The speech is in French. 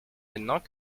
maintenant